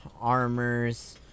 armors